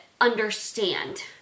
understand